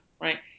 right